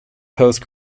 post